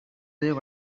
there